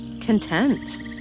content